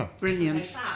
brilliant